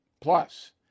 Plus